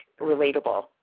relatable